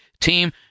team